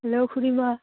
hello খুৰীমা